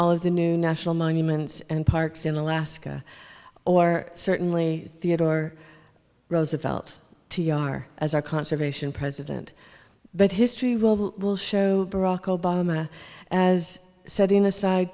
all of the new national monuments and parks in alaska or certainly theodore roosevelt t r as our conservation president but history will will show barack obama as setting aside